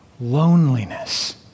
loneliness